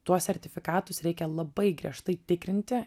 tuos sertifikatus reikia labai griežtai tikrinti